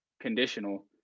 conditional